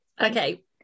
Okay